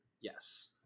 Yes